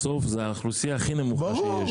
בסוף זה האוכלוסייה הכי חלשה שיש.